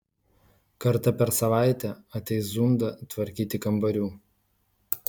kartą per savaitę ateis zunda tvarkyti kambarių